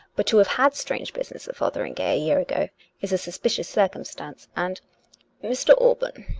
but to have had strange business at fotheringay a year ago is a suspicious circumstance and mr. alban,